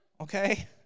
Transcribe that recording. okay